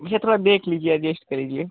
भैया थोड़ा देख लीजिए अडजेस्ट कर लीजिए